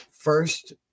First